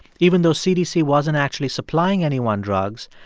even though cdc wasn't actually supplying anyone drugs,